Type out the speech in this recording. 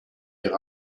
ihre